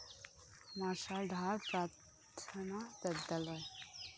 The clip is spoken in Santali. ᱢᱟᱨᱥᱟᱞ ᱰᱟᱦᱟᱨ ᱯᱟᱨᱛᱷᱚᱱᱟ ᱵᱤᱫᱽᱫᱟᱞᱚᱭ